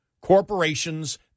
corporations